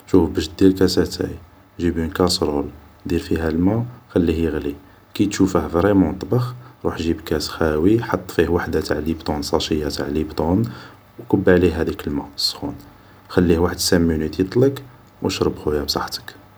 شو باش دير كاس اتاي ، جيب اون كاسرول دير فيها الما خليه يغلي ، كي تشوفه فريمون طبخ ، روح جيب كاس خاوي ، حط فيه وحدا تاع ليبتون ساشي تاعي ليبتون و كب عليه هداك الما السخون ، صبر عليه واحد السانك مينوت خليه يطلق و شرب خويا بصحتك